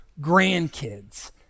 grandkids